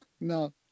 No